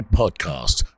podcast